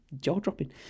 jaw-dropping